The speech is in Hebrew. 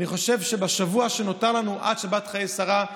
אני חושב שבשבוע שנותר לנו עד שבת חיי שרה,